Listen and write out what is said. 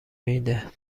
میده